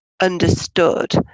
understood